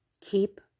keep